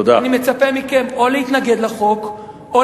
אני מצפה מכם או להתנגד לחוק, או